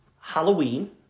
Halloween